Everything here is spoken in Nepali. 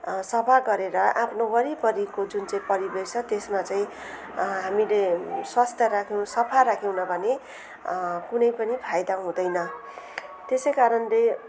सफा गरेर आफ्नो वरिपरिको जुन चाहिँ परिवेश छ त्यसमा चाहिँ हामीले स्वस्थ राख्नु सफा राख्नु नभने कुनै पनि फाइदा हुँदैन त्यसै कारणले